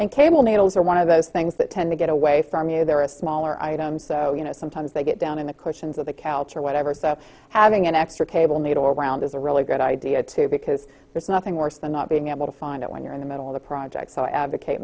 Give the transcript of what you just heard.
and cable needles are one of those things that tend to get away from you there are a smaller items so you know sometimes they get down in the questions of the celts or whatever so having an extra cable made or wound is a really good idea too because there's nothing worse than not being able to find it when you're in the middle of a project so i advocate